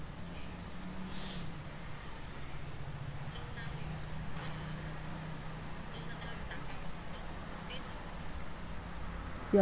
ya